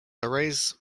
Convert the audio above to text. arrays